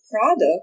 product